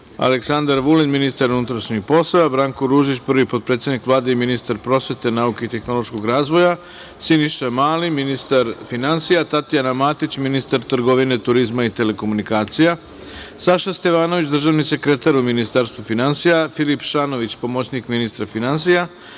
Aleksandar Vulin, ministar unutrašnjih poslova, Branko Ružić, prvi potpredsednik Vlade i ministar prosvete, nauke i tehnološkog razvoja, Siniša Mali, ministar finansija, Tatjana Matić, ministar trgovine, turizma i telekomunikacija, Saša Stevanović, državni sekretar u Ministarstvu finansija, Filip Šanović, pomoćnik ministra finansija,